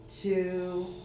two